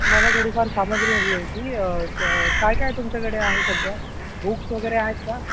मला थोडीफार सामग्री हवी होती स काय काय तुमच्याकडे आहे सध्या बुक्स वगैरे आहेत का